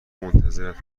منتظرت